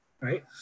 right